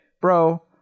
bro